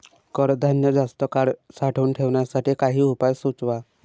कडधान्य जास्त काळ साठवून ठेवण्यासाठी काही उपाय सुचवा?